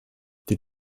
did